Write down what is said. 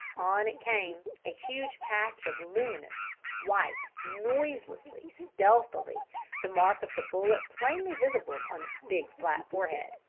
on it came, a huge patch of luminous white, noiselessly, stealthily the mark of the bullet plainly visible on its big, flat forehead.